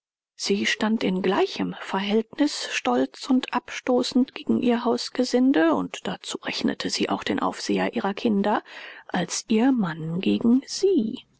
sie stand in gleichem verhältnis stolz und abstoßend gegen ihr hausgesinde und dazu rechnete sie auch den aufseher ihrer kinder als ihr mann gegen sie